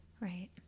Right